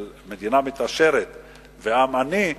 של מדינה מתעשרת ועם עני,